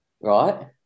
right